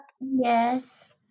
Yes